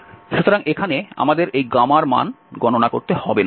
সুতরাং এখানে আমাদের এই এর মান গণনা করতে হবে না